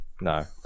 No